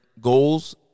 goals